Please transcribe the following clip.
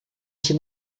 się